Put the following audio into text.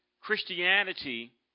Christianity